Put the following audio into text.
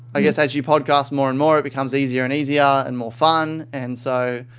i guess, as you podcast more and more, it becomes easier and easier and more fun. and so